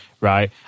right